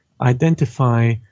identify